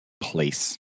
place